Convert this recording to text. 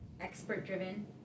expert-driven